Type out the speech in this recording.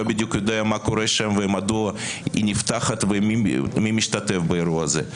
בדיוק יודע מה קורה שם ומדוע היא נפתחת ומי משתתף באירוע הזה,